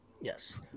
Yes